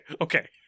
okay